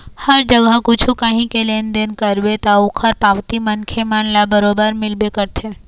हर जगा कछु काही के लेन देन करबे ता ओखर पावती मनखे मन ल बरोबर मिलबे करथे